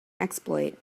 exploit